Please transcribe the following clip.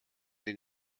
den